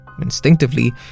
Instinctively